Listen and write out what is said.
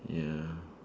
ya